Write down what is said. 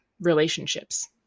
relationships